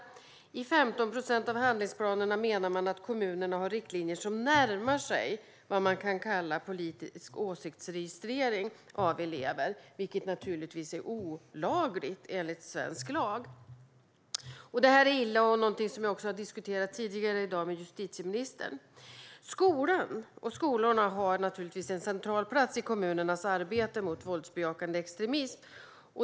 Vidare menar man att kommunerna i 15 procent av handlingsplanerna har riktlinjer som närmar sig vad man kan kalla politisk åsiktsregistrering av elever, vilket naturligtvis är olagligt enligt svensk lag. Detta är illa och något som jag också diskuterat tidigare i dag med justitieministern. Skolan har naturligtvis en central plats i kommunernas arbete mot våldsbejakande extremism.